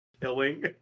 Killing